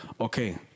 okay